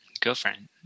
girlfriend